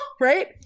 right